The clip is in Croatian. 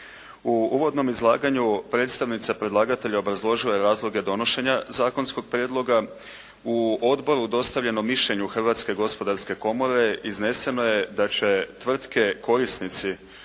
U uvodnom izlaganju predstavnica predlagatelja obrazložila je razloge donošenja zakonskog prijedloga. U odboru dostavljenom mišljenju Hrvatske gospodarske komore izneseno je da će tvrtke korisnici